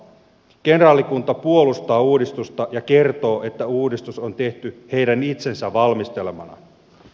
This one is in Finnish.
kenraalikunta puolustaa uudistusta ja kertoo että uudistus on tehty heidän itsensä valmistelemana